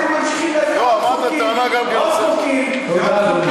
אתם ממשיכים להביא עוד חוקים ועוד חוקים.